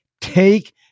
take